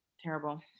Terrible